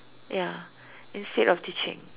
ya instead of teaching